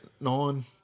nine